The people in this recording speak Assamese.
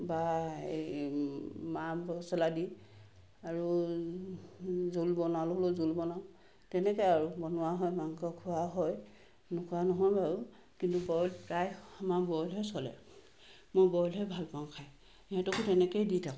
বা এই মা মছলা দি আৰু জোল বনালেও জোল বনাওঁ তেনেকৈ আৰু বনোৱা হয় মাংস খোৱা হয় নোখোৱা নহয় বাৰু কিন্তু বইল প্ৰায় আমাৰ বইলহে চলে মই বইলহে ভাল পাওঁ খাই সিহঁতকো তেনেকৈয়ে দি থাকোঁ